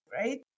right